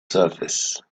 surface